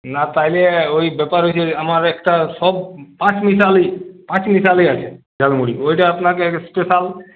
না তাহলে ওই ব্যাপার ওই যে আমার একটা সব পাঁচ মিসালি পাঁচ মিসালি আছে ঝালমুড়ি ওইটা আপনাকে স্পেশাল